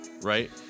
Right